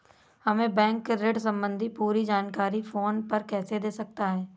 हमें बैंक ऋण संबंधी पूरी जानकारी फोन पर कैसे दे सकता है?